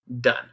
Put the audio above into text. done